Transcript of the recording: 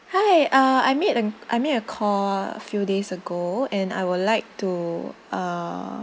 hi uh I made a I made a call a few days ago and I would like to uh